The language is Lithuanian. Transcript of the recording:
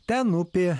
ten upė